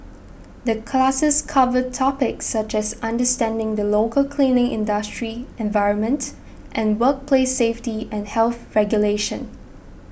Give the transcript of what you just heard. the classes cover topics such as understanding the local cleaning industry environment and workplace safety and health regulations